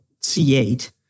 C8